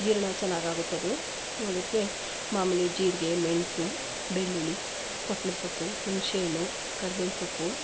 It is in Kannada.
ಜೀರ್ಣ ಚೆನ್ನಾಗಾಗುತ್ತದು ಅದಕ್ಕೆ ಮಾಮೂಲಿ ಜೀರಿಗೆ ಮೆಣಸು ಬೆಳ್ಳುಳ್ಳಿ ಕೊತ್ತಂಬ್ರಿ ಸೊಪ್ಪು ಹುಣಸೆ ಹಣ್ಣು ಕರ್ಬೇವಿನ ಸೊಪ್ಪು